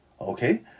Okay